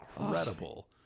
incredible